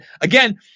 again